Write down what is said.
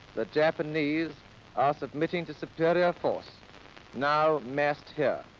the japanese are submitting to superior force now massed here.